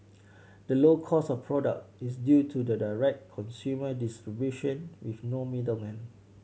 the low cost of product is due to the direct consumer distribution with no middlemen